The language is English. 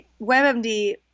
WebMD